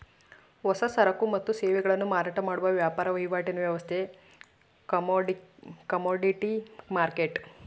ಹೊಸ ಸರಕು ಮತ್ತು ಸೇವೆಗಳನ್ನು ಮಾರಾಟ ಮಾಡುವ ವ್ಯಾಪಾರ ವಹಿವಾಟಿನ ವ್ಯವಸ್ಥೆ ಕಮೋಡಿಟಿ ಮರ್ಕೆಟ್